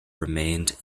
remained